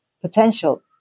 potential